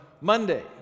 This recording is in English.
Monday